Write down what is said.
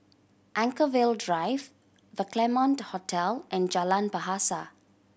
Anchorvale Drive The Claremont Hotel and Jalan Bahasa